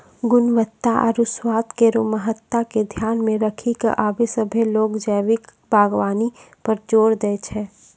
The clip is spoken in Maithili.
गुणवत्ता आरु स्वाद केरो महत्ता के ध्यान मे रखी क आबे सभ्भे लोग जैविक बागबानी पर जोर दै छै